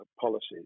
policies